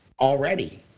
already